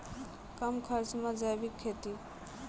कम खर्च मे जैविक खेती?